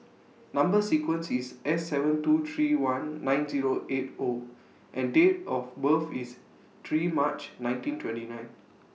Number sequence IS S seven two three one nine Zero eight O and Date of birth IS three March nineteen twenty nine